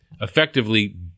effectively